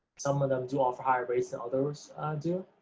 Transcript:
some of them do offer higher rates than others do,